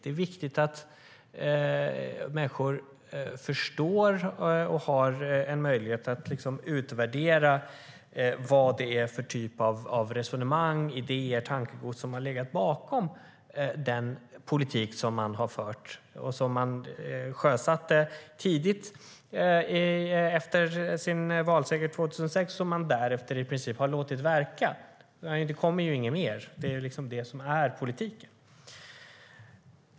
Det är viktigt att människor förstår och har en möjlighet att utvärdera vilken typ av resonemang, idéer och tankar som har legat bakom den politik som regeringen har fört, som man sjösatte kort efter sin valseger 2006 och som man därefter i princip har låtit verka. Det kommer ju inget mer. Det är liksom detta som är politiken.